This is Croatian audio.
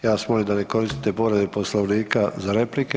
Ja vas molim da ne koristite povrede Poslovnika za replike.